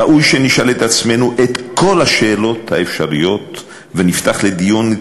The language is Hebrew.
ראוי שנשאל את עצמנו את כל השאלות האפשריות ונפתח לדיון את